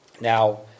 Now